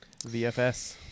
VFS